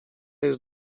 jest